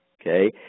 okay